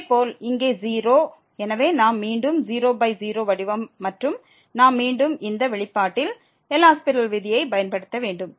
இதே போல் இங்கே 0 எனவே நாம் மீண்டும் 00 வடிவம் மற்றும் நாம் மீண்டும் இந்த வெளிப்பாட்டில் எல் ஹாஸ்பிடல் விதியை பயன்படுத்த வேண்டும்